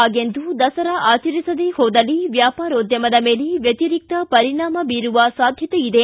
ಹಾಗೆಂದು ದಸರಾ ಆಚರಿಸದೇ ಹೋದಲ್ಲಿ ವ್ಯಾಪಾರೋದ್ವಮದ ಮೇಲೆ ವ್ಯತಿರಿಕ್ತ ಪರಿಣಾಮ ಬೀರುವ ಸಾಧ್ಯತೆಯಿದೆ